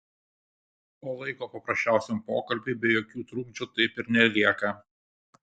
o laiko paprasčiausiam pokalbiui be jokių trukdžių taip ir nelieka